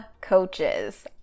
coaches